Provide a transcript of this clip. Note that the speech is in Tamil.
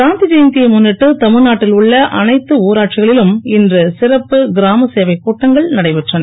காந்தி ஜெயந்தியை முன்னிட்டு தமிழ்தாட்டில் உள்ள அனைத்து ஊராட்சிகளிலும் இன்று சிறப்பு கிராமசேவை கூட்டங்கள் நடைபெற்றன